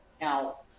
Now